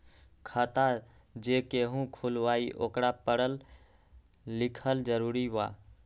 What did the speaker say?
खाता जे केहु खुलवाई ओकरा परल लिखल जरूरी वा?